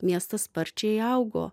miestas sparčiai augo